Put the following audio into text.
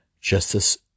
Justice